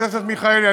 חברת הכנסת מיכאלי,